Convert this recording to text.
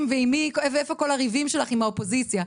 ואיפה כל הריבים שלך עם האופוזיציה,